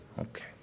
Okay